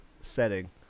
setting